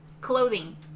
clothing